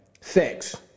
Sex